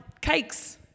cakes